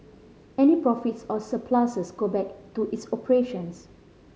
any profits or surpluses go back to its operations